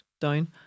down